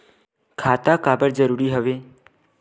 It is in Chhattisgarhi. खाता का बर जरूरी हवे?